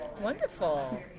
Wonderful